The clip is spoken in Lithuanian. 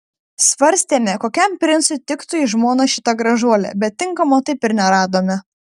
svarstėme kokiam princui tiktų į žmonas šita gražuolė bet tinkamo taip ir neradome